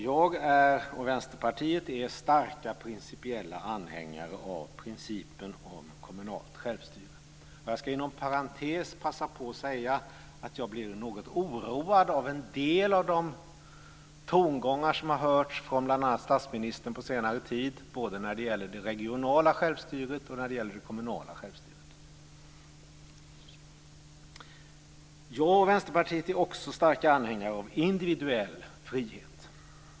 Vi är principiellt starka anhängare av principen om kommunalt självstyre. Jag vill passa på att säga att jag blir något oroad av en del av de tongångar som på senare tid hörts från bl.a. statsministern både när det gäller det regionala och det kommunala självstyret. Jag och Vänsterpartiet är också starka anhängare av individuell frihet.